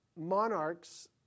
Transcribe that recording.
monarchs